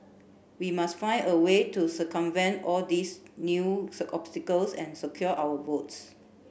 we must find a way to circumvent all these new obstacles and secure our votes